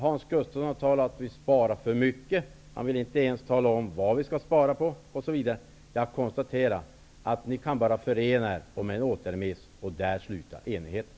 Hans Gustafsson säger att vi sparar för mycket men vill inte ens tala om vad vi skall spara på. Jag konstaterar att ni bara kan förena er om en återremiss -- där slutar enigheten.